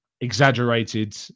exaggerated